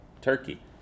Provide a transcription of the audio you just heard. Turkey